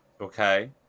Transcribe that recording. Okay